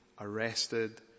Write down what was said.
arrested